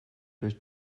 durch